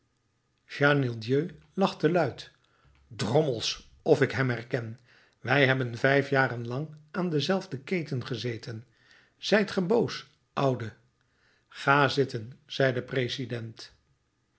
chenildieu lachte luid drommels of ik hem herken wij hebben vijf jaren lang aan dezelfde keten gezeten zijt ge boos oude ga zitten zei de president